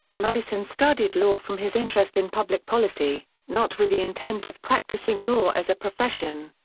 madison studied law from his interest in public policy, not with the intent of practicing law as a profession.